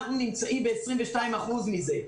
אנחנו נמצאים ב-22% מזה.